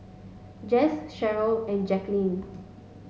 Jess Sheryll and Jacquelynn